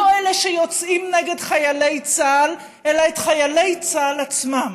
לא אלה שיוצאים נגד חיילי צה"ל אלא את חיילי צה"ל עצמם,